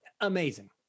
amazing